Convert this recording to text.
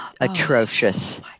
atrocious